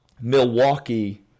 Milwaukee